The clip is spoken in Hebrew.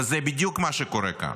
וזה בדיוק מה שקורה כאן.